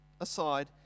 aside